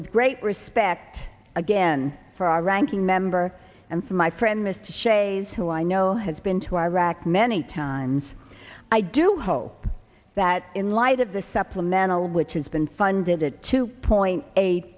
with great respect again for our ranking member and for my friend mr shays who i know has been to iraq many times i do hope that in light of the supplemental which has been funded a two point eight